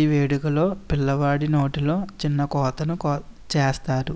ఈ వేడుకలో పిల్లవాడి నోటిలో చిన్న కోతను కో చేస్తారు